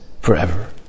forever